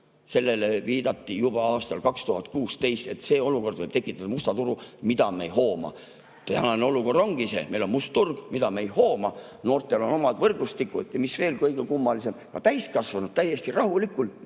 Sellele viidati juba aastal 2016, et see [regulatsioon] võib tekitada musta turu, mida me ei hooma. Tänane olukord ongi see, et meil on must turg, mida me ei hooma. Noortel on omad võrgustikud ja mis veel kõige kummalisem, ka täiskasvanud täiesti rahulikult